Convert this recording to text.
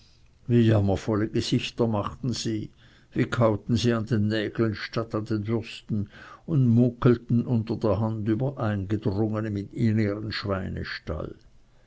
wie jammervolle gesichter machten sie wie kauten sie an den nägeln statt an den würsten und muckelten unter der hand über eingedrungene in ihren